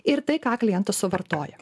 ir tai ką klientas suvartoja